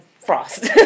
frost